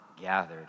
gathered